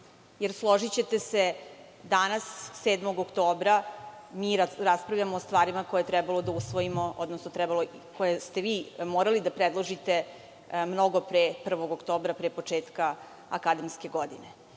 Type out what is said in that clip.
Složićete se, danas, 7. oktobra, mi raspravljamo o stvarima koje je trebalo da usvojimo, odnosno koje ste vi morali da predložite mnogo pre 1. oktobra, pre početka akademske godine.